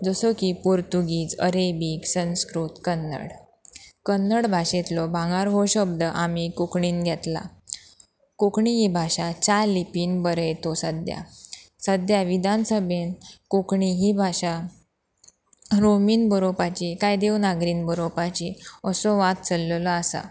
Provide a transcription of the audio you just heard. जसो की Portuguese Arabic Sanskrit Kannada Kannada भाशेंतलो भांगर हो शब्द आमी कोंकणींत घेतला कोंकणी ही भाशा चार लिपीन बरयतो सद्या सद्या विधानसभेन कोंकणी ही भाशा रोमीन बरोवपाची काय देवनागरीन बरोवपाची असो वाद चल्लेलो आसा